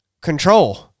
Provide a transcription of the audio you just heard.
control